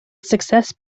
success